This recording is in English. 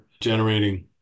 generating